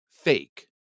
Fake